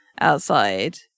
outside